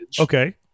okay